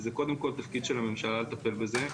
שזה קודם כל תפקיד של הממשלה לטפל בזה.